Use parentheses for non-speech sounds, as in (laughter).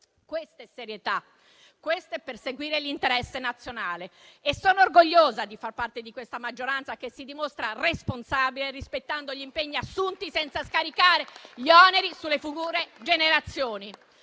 Questa è serietà. Questo è perseguire l'interesse interesse nazionale e sono orgogliosa di far parte di questa maggioranza, che si dimostra responsabile rispettando gli impegni assunti, (applause) senza scaricare gli oneri sulle future generazioni.